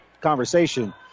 conversation